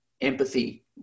empathy